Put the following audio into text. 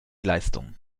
leistung